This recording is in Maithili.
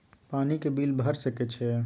पानी के बिल भर सके छियै?